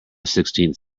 sixteenth